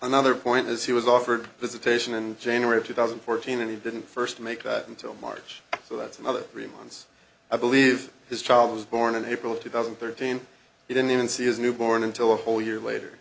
another point is he was offered visitation and january of two thousand and fourteen and he didn't first make that until march so that's another three months i believe his child was born in april two thousand and thirteen he didn't even see his newborn until a whole year later